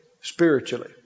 spiritually